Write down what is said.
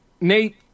Nate